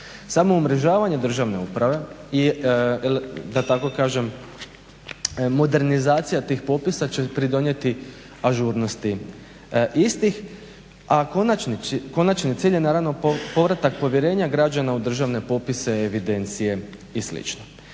Samo umrežavanje državne uprave, i da tako kažem modernizacija tih popisa će pridonijeti ažurnosti istih, a konačni cilj je naravno povratak povjerenja građana u državne popise, evidencije i